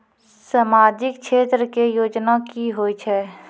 समाजिक क्षेत्र के योजना की होय छै?